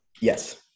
Yes